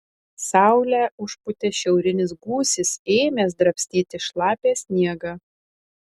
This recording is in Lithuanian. saulę užpūtė šiaurinis gūsis ėmęs drabstyti šlapią sniegą